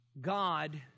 God